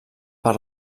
per